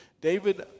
David